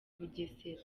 bugesera